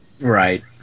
Right